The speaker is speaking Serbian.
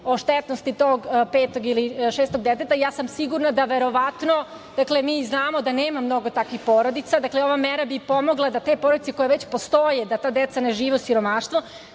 o štetnosti tog petog ili šestog deteta, ja sam sigurna da verovatno… Dakle, mi i znamo da nema mnogo takvih porodica. Dakle, ova mera bi pomogla da te porodice koje već postoje, da ta deca ne žive u siromaštvu,